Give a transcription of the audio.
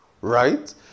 Right